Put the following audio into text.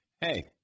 hey